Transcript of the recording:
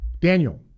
Daniel